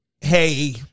Hey